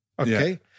okay